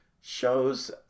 shows